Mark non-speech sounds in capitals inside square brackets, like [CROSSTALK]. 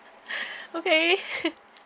[BREATH] okay [NOISE]